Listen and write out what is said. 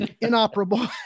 inoperable